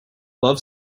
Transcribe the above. love